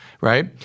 Right